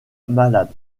malade